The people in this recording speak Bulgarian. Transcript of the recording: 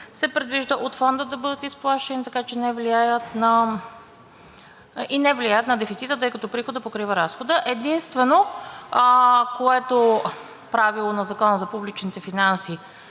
Предвижда се те да бъдат изплащани от Фонда и не влияят на дефицита, тъй като приходът покрива разхода. Единственото правило на Закона за публичните финанси,